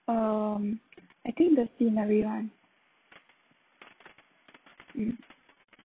um I think the scenery one mm